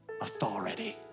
Authority